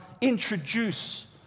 introduce